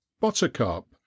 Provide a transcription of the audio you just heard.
Buttercup